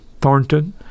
Thornton